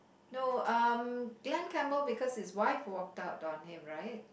no um Glen-Campbell because his wife walked out on him right